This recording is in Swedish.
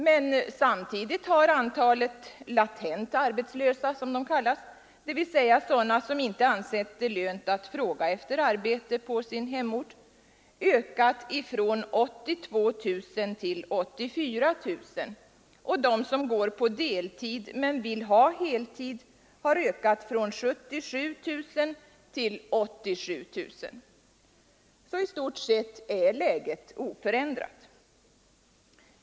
Men samtidigt har antalet latent arbetslösa, som de kallas — dvs. sådana som inte ansett det lönt att fråga efter arbete på sin hemort — ökat från 82 000 till 84 000, och de som går på deltid men vill ha heltid har ökat från 77 000 till 87 000. I stort sett är läget alltså oförändrat.